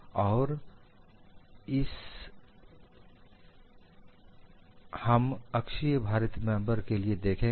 और इसे हम अक्षीय भारित मेंबर के लिए देखेंगे